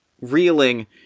reeling